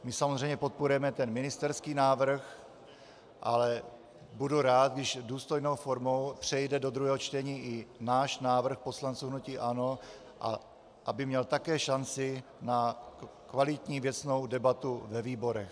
My samozřejmě podporujeme ministerský návrh, ale budu rád, když důstojnou formou přejde do druhého čtení i náš návrh, poslanců hnutí ANO, aby měl také šanci na kvalitní věcnou debatu ve výborech.